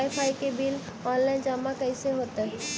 Wifi के bill online जमा कैसे होतै?